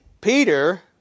Peter